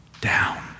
down